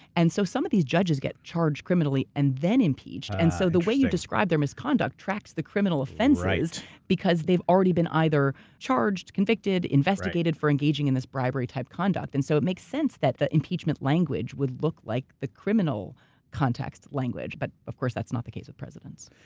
and so some of these judges get charged criminally and then impeached. and so the way you described their misconduct tracks the criminal offenses because they've already been either charged, convicted, investigated for engaging in this bribery type conduct. and so it makes sense that the impeachment language would look like the criminal context language. but of course that's not the case with presidents.